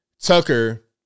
Tucker